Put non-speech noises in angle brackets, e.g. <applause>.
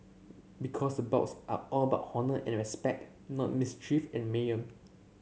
because the bouts are all about honour and respect not mischief and <unintelligible>